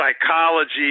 psychology